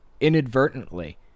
inadvertently